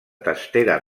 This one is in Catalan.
testera